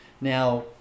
now